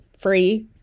Free